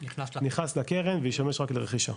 נכנס לקרן וישמש רק לרכישה.